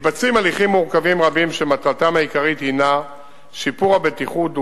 מתבצעים הליכים מורכבים רבים שמטרתם העיקרית הינה שיפור הבטיחות,